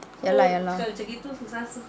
ya lah ya lah